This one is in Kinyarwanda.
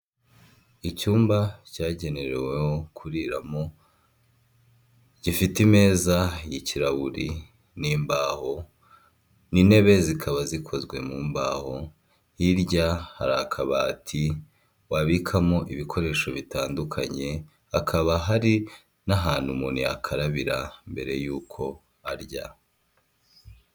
Icyumba cyagenewe kuriramo gifite imeza y'ikirahuri n'imbaho, n'intebe zikaba zikozwe mu mbaho hirya hari akabati wabikamo ibikoresho bitandukanye, hakaba hari n'ahantu umuntu yakarabira mbere yuko arya.